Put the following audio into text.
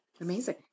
Amazing